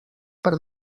per